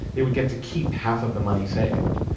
they would get to keep half of the money saved.